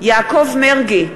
יעקב מרגי,